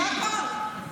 זה הכול.